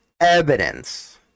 evidence